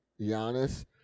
Giannis